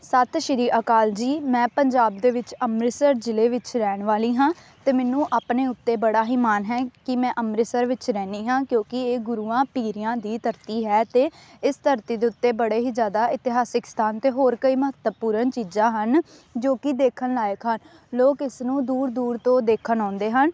ਸਤਿ ਸ਼੍ਰੀ ਅਕਾਲ ਜੀ ਮੈਂ ਪੰਜਾਬ ਦੇ ਵਿੱਚ ਅੰਮ੍ਰਿਤਸਰ ਜ਼ਿਲ੍ਹੇ ਵਿੱਚ ਰਹਿਣ ਵਾਲੀ ਹਾਂ ਅਤੇ ਮੈਨੂੰ ਆਪਣੇ ਉੱਤੇ ਬੜਾ ਹੀ ਮਾਣ ਹੈ ਕਿ ਮੈਂ ਅੰਮ੍ਰਿਤਸਰ ਵਿੱਚ ਰਹਿਦੀ ਹਾਂ ਕਿਉਂਕਿ ਇਹ ਗੁਰੂਆਂ ਪੀਰਾਂ ਦੀ ਧਰਤੀ ਹੈ ਅਤੇ ਇਸ ਧਰਤੀ ਦੇ ਉੱਤੇ ਬੜੇ ਹੀ ਜ਼ਿਆਦਾ ਇਤਿਹਾਸਿਕ ਸਥਾਨ ਅਤੇ ਹੋਰ ਕਈ ਮਹੱਤਵਪੂਰਨ ਚੀਜ਼ਾਂ ਹਨ ਜੋ ਕਿ ਦੇਖਣ ਲਾਇਕ ਹਨ ਲੋਕ ਇਸ ਨੂੰ ਦੂਰ ਦੂਰ ਤੋਂ ਦੇਖਣ ਆਉਂਦੇ ਹਨ